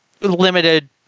limited